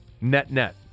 net-net